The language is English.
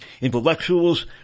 Intellectuals